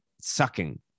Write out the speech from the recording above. sucking